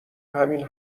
همین